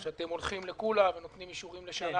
שאתם הולכים לקולא ונותנים אישורים לשנה